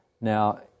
Now